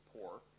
poor